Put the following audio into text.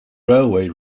railway